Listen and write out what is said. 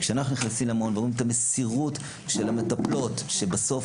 כשאנחנו נכנסים למעונות ורואים את המסירות של המטפלות שבסוף,